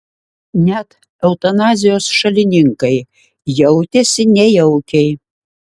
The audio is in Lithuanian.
net eutanazijos šalininkai jautėsi nejaukiai